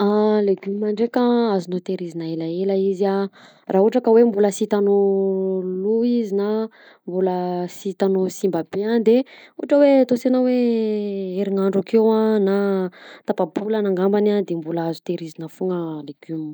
Ah legume ndreka azonao tehirizina elaela izy a raha ohatra ka hoe mbola sitanao lo izy na mbola sitanao simba be de ohatra hoe ataosinao hoe herinandro akeo a na tapabolana gambany de mbola azo tehirizina foagna legioma.